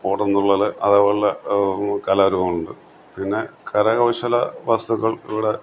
ഓട്ടംതുള്ളൽ അതേപോലെ ഉള്ള കലാരൂപങ്ങളുണ്ട് പിന്നെ കരകൗശല വസ്തുക്കൾ ഇവിടെ